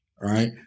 right